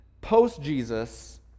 post-Jesus